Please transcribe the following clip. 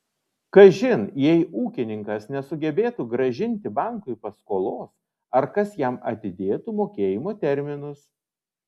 kažin jei ūkininkas nesugebėtų grąžinti bankui paskolos ar kas jam atidėtų mokėjimo terminus